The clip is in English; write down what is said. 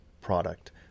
product